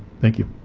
thank you